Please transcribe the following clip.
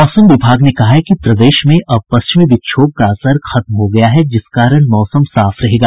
मौसम विभाग ने कहा है कि प्रदेश में अब पश्चिमी विक्षोभ का असर खत्म हो गया है जिस कारण मौसम साफ रहेगा